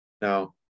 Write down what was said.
now